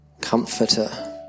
comforter